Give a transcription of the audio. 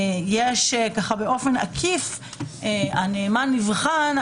יש באופן עקיף -- הנאמן יבחן,